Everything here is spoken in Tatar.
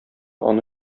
аны